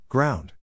Ground